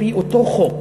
על-פי אותו חוק,